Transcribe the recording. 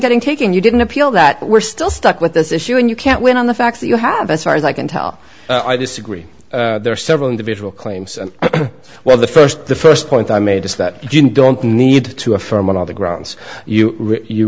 getting taken you didn't appeal that we're still stuck with this issue and you can't win on the fact that you have as far as i can tell i disagree there are several individual claims well the st the st point i made is that you don't need to affirm on other grounds you you